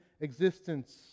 existence